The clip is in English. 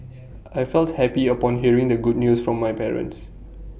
I felt happy upon hearing the good news from my parents